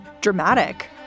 Dramatic